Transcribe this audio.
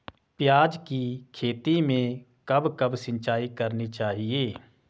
प्याज़ की खेती में कब कब सिंचाई करनी चाहिये?